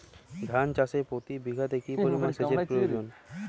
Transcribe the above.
ধান চাষে প্রতি বিঘাতে কি পরিমান সেচের প্রয়োজন?